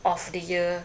of the year